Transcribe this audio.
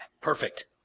perfect